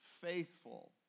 faithful